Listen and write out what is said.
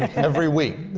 every week.